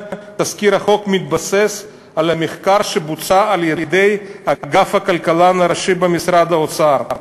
תזכיר החוק מתבסס על המחקר שבוצע על-ידי אגף הכלכלן הראשי במשרד האוצר.